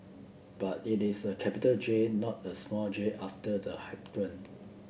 but it is a capital J not a small J after the hyphen